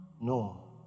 No